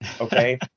Okay